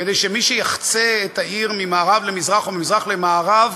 כדי שמי שיחצה את העיר ממערב למזרח או ממזרח למערב